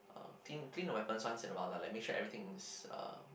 uh clean clean the weapons once in a while like make sure everything is uh